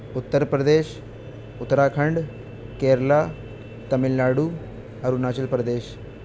Uttar Pradesh Uttarakhand Kerala Tamil Nadu Arunachal Pradesh